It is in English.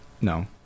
No